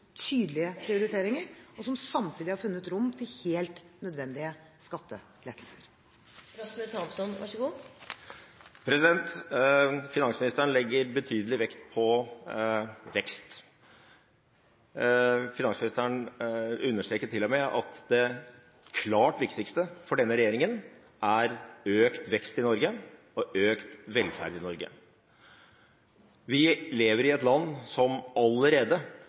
tydelige prioriteringer, og som samtidig har funnet rom til helt nødvendige skattelettelser. Finansministeren legger betydelig vekt på vekst. Finansministeren understreker til og med at det klart viktigste for denne regjeringen er økt vekst i Norge og økt velferd i Norge. Vi lever i et land som allerede